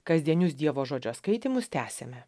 kasdienius dievo žodžio skaitymus tęsiame